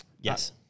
Yes